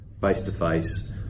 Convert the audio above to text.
face-to-face